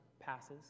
passes